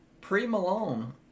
Pre-Malone